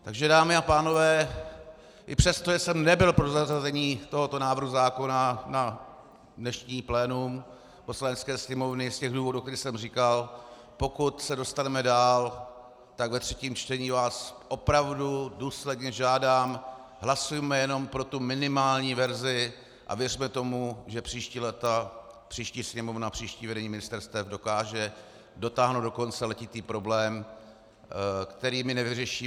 Takže dámy a pánové, i přesto, že jsem nebyl pro zařazení tohoto návrhu zákona na dnešní plénum Poslanecké sněmovny z těch důvodů, o kterých jsem říkal, pokud se dostaneme dál, tak ve třetím čtení vás opravdu důsledně žádám, hlasujme jenom pro tu minimální verzi a věřme tomu, že příští léta, příští sněmovna, příští vedení ministerstev dokážou dotáhnout do konce letitý problém, který my nevyřešíme.